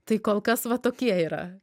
tai kol kas va tokie yra